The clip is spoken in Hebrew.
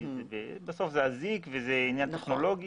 בסוף זה אזיק וזה עניין טכנולוגי.